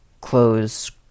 close